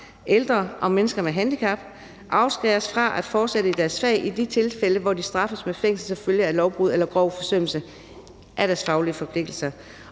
ældre og mennesker med handicap, afskæres fra at fortsætte i deres fag i de tilfælde, hvor de straffes med fængsel som følge af lovbrud eller grov forsømmelse af deres faglige forpligtelser.